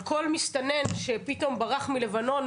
על כל מסתנן שפתאום ברח מלבנון,